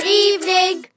evening